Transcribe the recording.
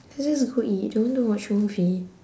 let's just go eat do you want to watch movie